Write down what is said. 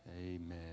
Amen